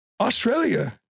Australia